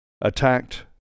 attacked